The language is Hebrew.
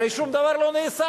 הרי שום דבר לא נעשה.